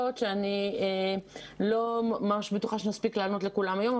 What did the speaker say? שאני לא ממש בטוחה שאני אספיק לענות לכולם היום.